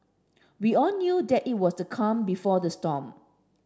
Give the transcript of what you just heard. we all knew that it was the calm before the storm